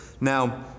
now